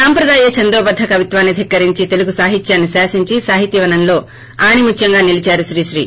సంప్రదాయ ఛందోబద్ద కవిత్వాన్ని ధిక్కరించి తెలుగు సాహిత్యాన్ని శాశించి సాహితీ వనంలో ఆణిముత్యంగా నిలీదారు శ్రీ శ్రీ